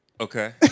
Okay